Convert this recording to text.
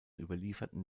überlieferten